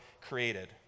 created